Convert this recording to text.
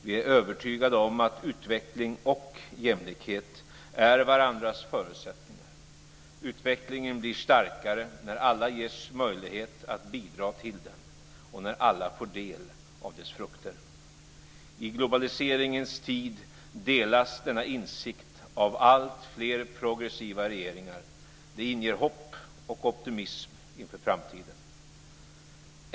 Vi är övertygade om att utveckling och jämlikhet är varandras förutsättningar. Utvecklingen blir starkare när alla ges möjlighet att bidra till den, och när alla får del av dess frukter. I globaliseringens tid delas denna insikt av alltfler progressiva regeringar. Det inger hopp och optimism inför framtiden.